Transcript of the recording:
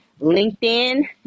LinkedIn